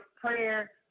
prayer